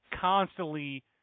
constantly